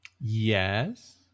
Yes